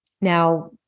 Now